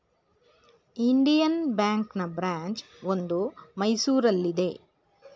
Indian ಬ್ಯಾಂಕ್ನ branch ಒಂದು ಮೈಸೂರಲ್ಲಿದೆ